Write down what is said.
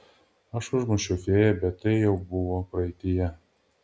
aš užmušiau fėją bet tai jau buvo praeityje